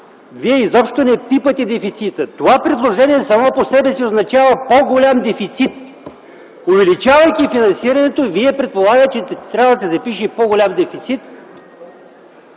Вие изобщо не пипате дефицита! Това предложение само по себе си означава по-голям дефицит! Увеличавайки финансирането, вие предполагате, че трябва да се запише по-голям дефицит!